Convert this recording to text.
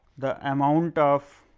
the amount of